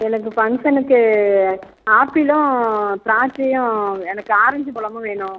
எனக்கு ஃபங்க்ஷனுக்கு ஆப்பிளும் திராட்சையும் எனக்கு ஆரஞ்சு பழமும் வேணும்